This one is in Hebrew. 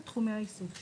את תחומי העיסוק שלו".